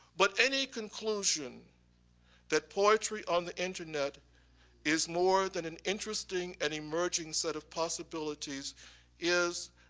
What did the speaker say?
but any conclusion that poetry on the internet is more than an interesting and emerging set of possibilities is,